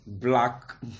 black